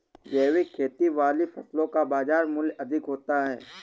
जैविक खेती वाली फसलों का बाज़ार मूल्य अधिक होता है